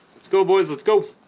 let's go boys let's go